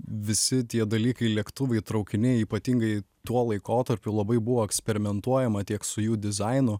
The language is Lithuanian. visi tie dalykai lėktuvai traukiniai ypatingai tuo laikotarpiu labai buvo eksperimentuojama tiek su jų dizainu